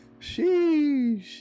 Sheesh